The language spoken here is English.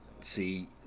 see